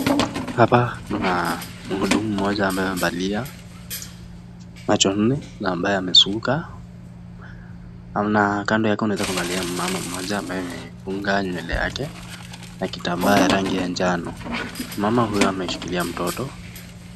Hapa kuna muhudumu mmoja ambaye amevalia macho nne na ambaye amesuka. Kando yake unaeza angalia mama mmoja ambaye amefunga nywele yake na kitamba ya rangi ya njano mama huyu ameshikilia mtoto.